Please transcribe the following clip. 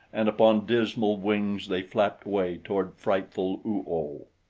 and upon dismal wings they flapped away toward frightful oo-oh.